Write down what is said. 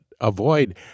avoid